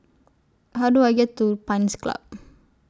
How Do I get to Pines Club